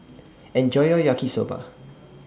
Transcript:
Enjoy your Yaki Soba